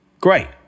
Great